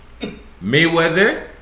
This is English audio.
Mayweather